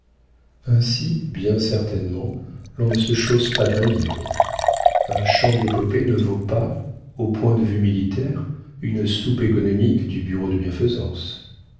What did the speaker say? ainsi bien certainement on ne se chausse pas d'un livre un chant d'épopée ne vaut pas au point de vue utilitaire une soupe économique du bureau de bienfaisance